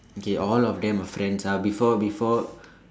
okay all of them are friends ah before before